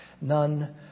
none